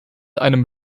einem